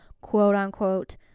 quote-unquote